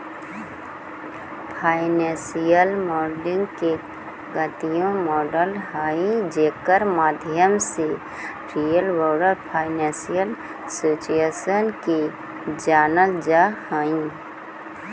financial modelling एक गणितीय model हई जेकर माध्यम से रियल वर्ल्ड फाइनेंशियल सिचुएशन के जानल जा हई